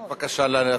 בבקשה, נא להתחיל.